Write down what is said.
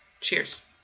Cheers